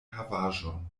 havaĵon